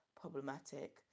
problematic